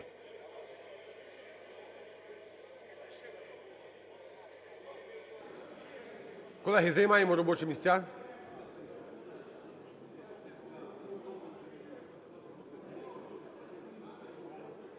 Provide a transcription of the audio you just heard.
Колеги, займаємо робочі місця.